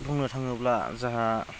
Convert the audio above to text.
बुंनो थाङोब्ला जाहा